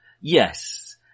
Yes